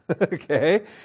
Okay